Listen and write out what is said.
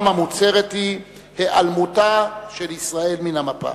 המוצהרת היא היעלמותה של ישראל מן המפה.